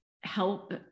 help